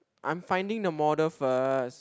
I'm finding the model first